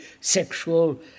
sexual